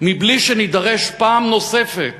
בלי שנידרש פעם נוספת